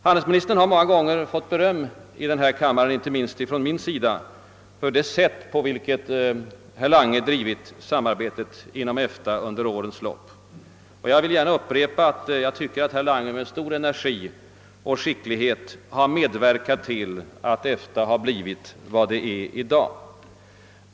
Handelsministern har många gånger fått beröm i denna kammare, inte minst av mig, för det sätt på vilket han drivit samarbetet inom EFTA under årens lopp. Jag vill gärna upprepa att jag tycker att herr Lange med stor energi och skicklighet har medverkat till att EFTA har blivit vad det i dag är.